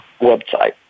website